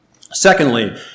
Secondly